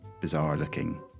bizarre-looking